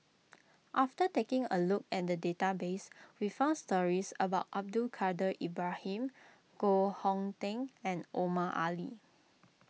after taking a look at the database we found stories about Abdul Kadir Ibrahim Koh Hong Teng and Omar Ali